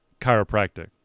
chiropractic